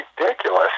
ridiculous